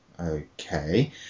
okay